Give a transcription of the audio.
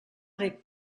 reg